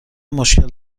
مشکل